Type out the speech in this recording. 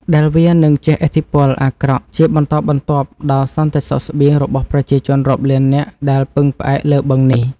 ដែលវានឹងជះឥទ្ធិពលអាក្រក់ជាបន្តបន្ទាប់ដល់សន្តិសុខស្បៀងរបស់ប្រជាជនរាប់លាននាក់ដែលពឹងផ្អែកលើបឹងនេះ។